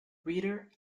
reader